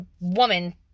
woman